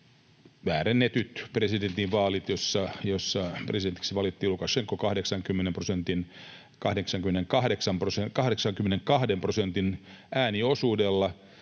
väärennetyt presidentinvaalit, joissa presidentiksi valittiin Lukašenka 82 prosentin ääniosuudella.